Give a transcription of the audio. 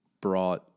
brought